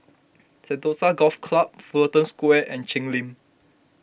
Sentosa Golf Club Fullerton Square and Cheng Lim